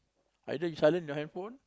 either you silent your handphone